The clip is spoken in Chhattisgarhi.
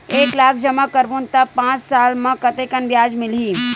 एक लाख जमा करबो त पांच साल म कतेकन ब्याज मिलही?